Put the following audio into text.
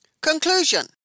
Conclusion